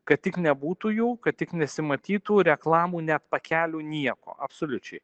kad tik nebūtų jų kad tik nesimatytų reklamų net pakelių nieko absoliučiai